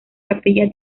capilla